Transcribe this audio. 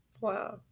Wow